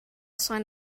sign